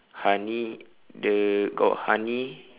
honey the got honey